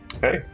Hey